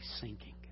sinking